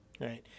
right